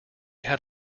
had